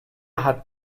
hat